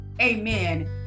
amen